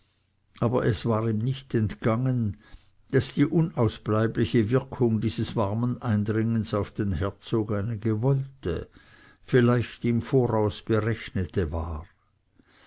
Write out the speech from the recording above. aber es war ihm nicht entgangen daß die unausbleibliche wirkung dieses warmen eindringens auf den herzog eine gewollte vielleicht im voraus berechnete war